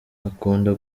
akunda